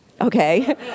okay